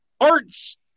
Arts